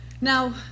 Now